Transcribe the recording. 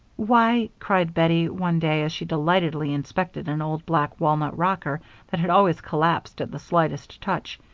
why, cried bettie one day as she delightedly inspected an old black walnut rocker that had always collapsed at the slightest touch,